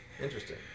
Interesting